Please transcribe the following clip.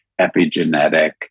epigenetic